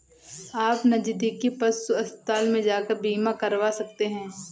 आप नज़दीकी पशु अस्पताल में जाकर बीमा करवा सकते है